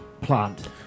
plant